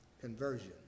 conversion